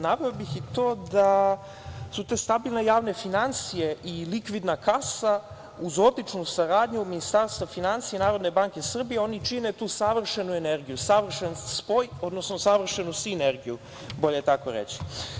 Naveo bih i to da su te stabilne javni finansije i likvidna kasa, uz odličnu saradnju Ministarstva finansija i Narodne banke Srbije, oni čine tu savršenu energiju, savršen spoj, odnosno savršenu sinergiju, bolje tako reći.